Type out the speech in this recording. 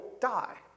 die